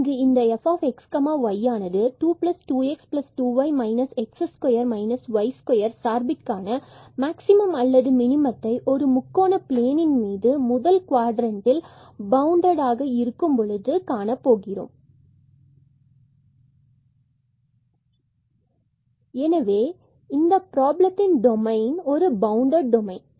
இங்கு இந்த fxy22x2y x2 y2 சார்பில் காண மேக்ஸிமம் அல்லது மினிமத்தை ஒரு முக்கோண பிளேன் மீது முதல் குவாடரண்டில் bounded bounded 0 x0y0 and y9 x ஆகியவற்றை காண போகிறோம் எனவே இந்த ப்ராப்ளத்தில் டொமைன் ஒரு பவுண்டட் டொமைன்